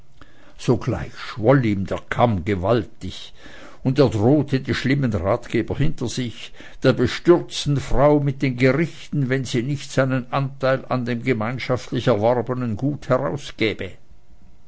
sogleich schwoll ihm der kamm gewaltig und er drohte die schlimmen ratgeber hinter sich der bestürzten frau mit den gerichten wenn sie nicht seinen anteil an dem gemeinschaftlich erworbenen gute herausgäbe